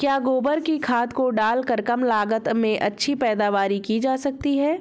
क्या गोबर की खाद को डालकर कम लागत में अच्छी पैदावारी की जा सकती है?